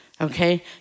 Okay